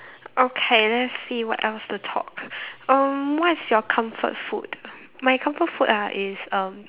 okay let's see what else to talk um what is your comfort food my comfort food ah is um